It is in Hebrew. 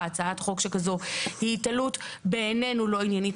הצעת חוק שכזאת היא היתלנות שבעינינו לא עניינית,